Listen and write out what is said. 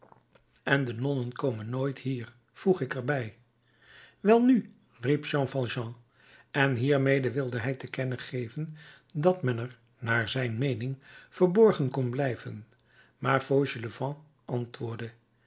en de nonnen komen nooit hier voeg ik er bij welnu riep jean valjean en hiermede wilde hij te kennen geven dat men er naar zijn meening verborgen kon blijven maar fauchelevent antwoordde